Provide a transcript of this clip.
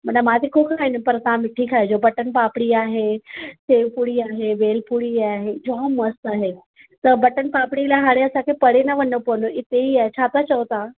माना मां तिखो खाईंदमि पर तां मिठी खाइजो बटन पापड़ी आहे सेव पूड़ी आहे भेल पुड़ी आहे जाम मस्तु आहे त बटन पापड़ी लाइ हाणे असांखे परे न वञणो पवंदो हिते ई आए छा त चओ तव्हां